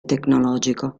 tecnologico